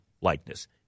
likeness